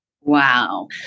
Wow